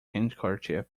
handkerchief